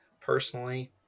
personally